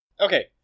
Okay